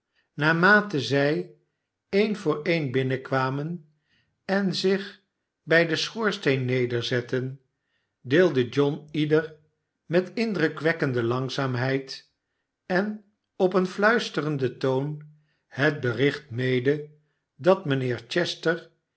naarmate zij een voor een binnenkwamen en ich by den schoorsteen nederzetten deelde john ieder met indrukwekkende langzaamheid en op een fluisterenden toon het bericht mede dat mijnheer